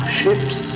ships